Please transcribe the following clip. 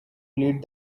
lead